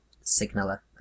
signaler